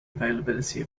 availability